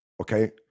Okay